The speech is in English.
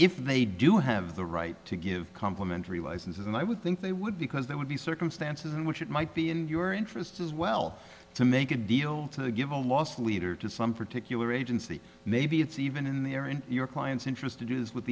if they do have the right to give complimentary licenses and i would think they would because that would be circumstances in which it might be in your interest as well to make a deal to give a loss leader to some particular agency maybe it's even in the air in your client's interest to do